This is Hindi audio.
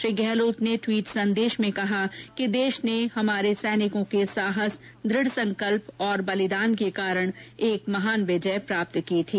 श्री गहलोत ने ट्वीट संदेश में कहा कि देश ने हमारे सैनिकों के साहस दढ संकल्प और बलिदान के कारण एक महान विजय प्राप्त की थी